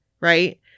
right